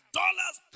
dollars